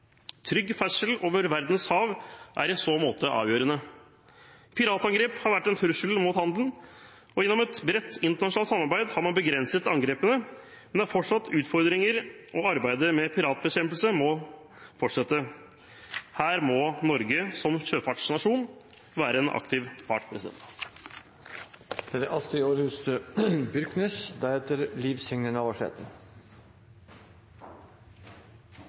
Trygg ferdsel på verdens hav er i så måte avgjørende. Piratangrep har vært en trussel mot handelen. Gjennom et bredt internasjonalt samarbeid har man begrenset angrepene, men det er fortsatt utfordringer, og arbeidet med piratbekjempelse må fortsette. Her må Norge som sjøfartsnasjon være en aktiv part.